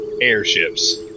Airships